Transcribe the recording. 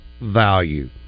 value